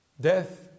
Death